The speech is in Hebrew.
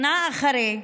שנה אחרי,